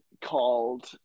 called